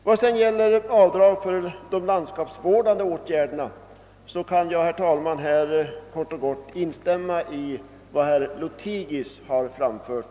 Vad sedan gäller avdrag för de landskapsvårdande åtgärderna kan jag, herr talman, kort och gott instämma i vad herr Lothigius nyss anfört.